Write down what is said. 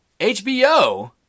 HBO